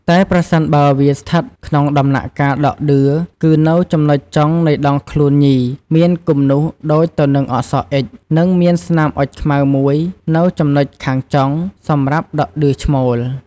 តែប្រសិនបើវាស្ថិតក្នុងដំណាក់កាលដក់ដឿគឺនៅចំណុចចុង នៃដងខ្លួនញីមានគំនូសដូចទៅនឹងអក្សរ «អ៊ិច» និងមានស្នាមចុចខ្មៅមួយនៅចំណុចខាងចុង សម្រាប់ដក់ដឿឈ្មោល។